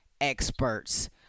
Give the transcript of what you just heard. experts